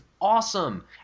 awesome